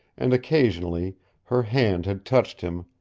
and occasionally her hand had touched him,